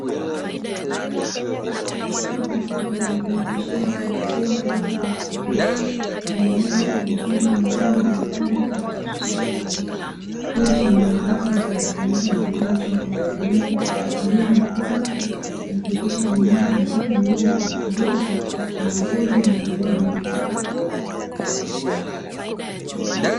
Shamba kubwa limezungushiwa kwa uzio wa miti na senyenge, ndani yake kumepandwa mazao mbalimbali kwenye matuta tofauti pia shambani hapo kunafanyika kilimo cha umwagiliaji kwa kutumia mabomba kuhakikisha mimea hupata maji kwa ufanisi na mavuno yanakuwa mengi.